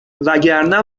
وگرنه